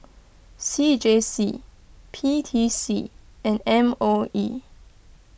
C J C P T C and M O E